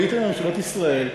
הייתם בממשלות ישראל,